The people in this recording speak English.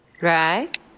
Right